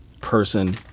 person